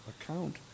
account